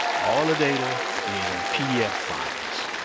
all the data in pdf files.